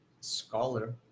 scholar